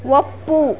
ಒಪ್ಪು